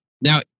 Now